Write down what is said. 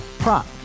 Prop